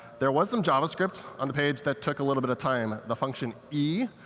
there was some javascript on the page that took a little bit of time. the function e.